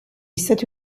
stati